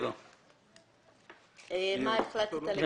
אנחנו בסעיף 67. מה החלטת לגבי סעיף 66?